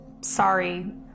sorry